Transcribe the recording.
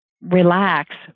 relax